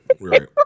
Right